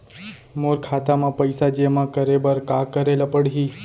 मोर खाता म पइसा जेमा करे बर का करे ल पड़ही?